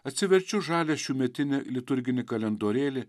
atsiverčiu žalią šiųmetinį liturginį kalendorėlį